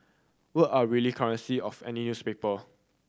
word are really currency of any newspaper